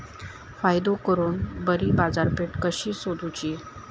फायदो करून बरी बाजारपेठ कशी सोदुची?